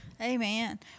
Amen